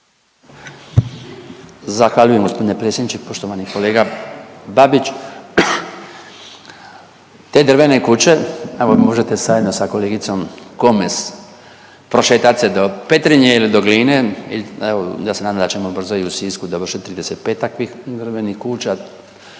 Zahvaljujem g. predsjedniče. Poštovani kolega Babić. Te drvene kuće, evo možete zajedno sa kolegicom Komes prošetat se do Petrinje ili do Gline i evo ja se nadam da ćemo brzo i u Sisku dovršit 35 takvih drvenih kuća.